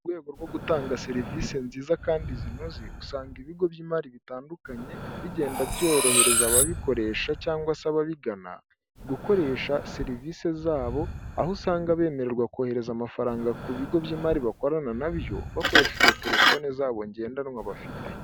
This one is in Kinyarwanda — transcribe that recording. Mu rwego rwo gutanga serivisi nziza kandi zinoze usanga ibigo by'imari bitandukanye bigenda byorohereza ababikoresha cyangwa se ababigana gukoresha serivisi zabo, aho usanga bemererwa kohereza amafaranga ku bigo by'imari bakorana na byo bakoresheje telefoni zabo ngendanwa bafite.